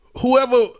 whoever